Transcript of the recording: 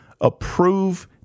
approve